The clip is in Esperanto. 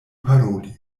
paroli